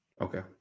okay